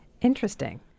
Interesting